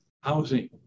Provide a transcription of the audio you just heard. housing